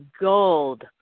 gold